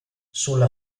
sulla